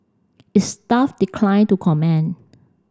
its staff declined to comment